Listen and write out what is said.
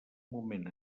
moment